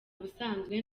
ubusanzwe